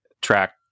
track